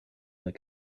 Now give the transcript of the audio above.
that